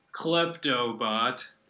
Kleptobot